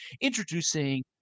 introducing